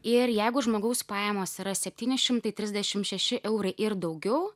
ir jeigu žmogaus pajamos yra septyni šimtai trisdešim šeši eurai ir daugiau